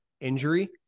injury